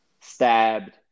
stabbed